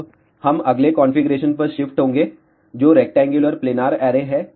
अब हम अगले कॉन्फ़िगरेशन पर शिफ्ट होंगे जो रेक्टेंगुलर प्लेनार ऐरे है